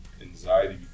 anxiety